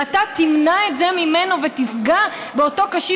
ואתה תמנע את זה ממנו ותפגע באותו קשיש